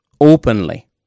openly